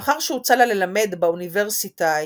לאחר שהוצע לה ללמד באוניברסיטה העברית,